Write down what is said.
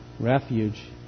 refuge